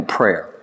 prayer